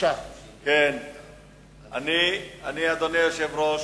אדוני היושב-ראש,